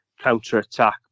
counter-attack